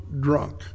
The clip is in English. drunk